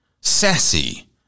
sassy